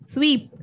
Sweep